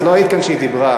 את לא היית פה כשהיא דיברה,